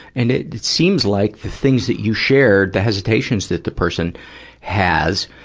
and it seems like the things that you share, the hesitations that the person has,